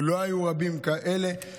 ולא היו רבים כאלה,